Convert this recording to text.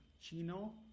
Chino